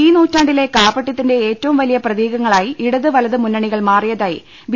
ഈ നൂറ്റാണ്ടിലെ കാപട്യത്തിന്റെ ഏറ്റവും വലിയ പ്രതീക ങ്ങളായി ഇടത് വലത് മുന്നണികൾ മാറിയതായി ബി